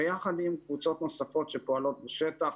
ביחד עם קבוצות נוספות שפועלות בשטח,